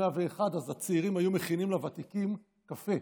והצעירים היו מכינים לוותיקים קפה,